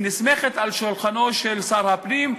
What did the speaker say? היא נסמכת על שולחנו של שר הפנים,